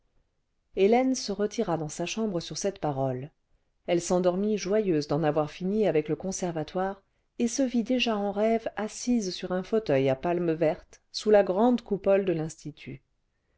hélène se retira dans sa chambre sur cette parole elle s'endormit joyeuse d'en avoir fini avec le conservatoire et se vit déjà en rêve assise sur un fauteuil à palmes vertes sous la grande coupole cle l'institut